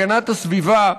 הגנת הסביבה,